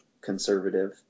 conservative